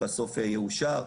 בסוף יאושר.